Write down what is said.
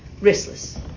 restless